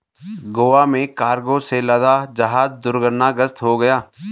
गोवा में कार्गो से लदा जहाज दुर्घटनाग्रस्त हो गया